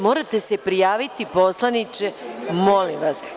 Morate se prijaviti poslaniče, molim vas.